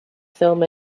film